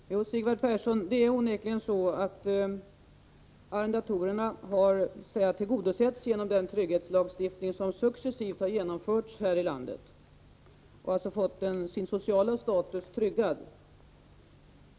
Herr talman! Jo, Sigvard Persson, det är onekligen så, att arrendatorerna har tillgodosetts genom den trygghetslagstiftning som successivt har genomförts här i landet. De har alltså fått sin sociala status tryggad.